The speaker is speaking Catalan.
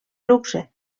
luxe